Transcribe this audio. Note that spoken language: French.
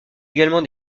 également